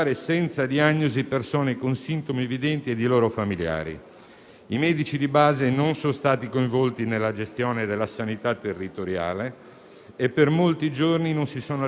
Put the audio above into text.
e per molti giorni non si sono allestiti percorsi ospedalieri separati per i pazienti affetti da Covid, cosicché gli stessi ospedali sono diventati focolai di contagio.